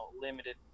limited